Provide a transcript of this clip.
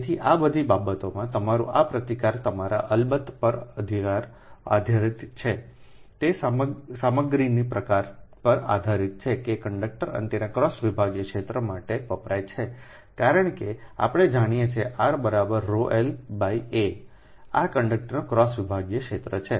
તેથી આ બધી બાબતોમાં તમારું આ પ્રતિકાર તમારા અલબત્ત પર આધારીત છે તે સામગ્રીના પ્રકાર પર આધારિત છે કંડક્ટર અને તેના ક્રોસ વિભાગીય ક્ષેત્ર માટે વપરાય છે કારણ કે આપણે જાણીએ છીએr la સમયનો સંદર્ભ 1559 એ કંડક્ટરનો ક્રોસ વિભાગીય ક્ષેત્ર છે